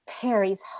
Perry's